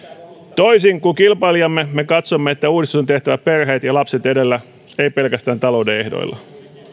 toisin kuin kilpailijamme me katsomme että uudistus on tehtävä perheet ja lapset edellä ei pelkästään talouden ehdoilla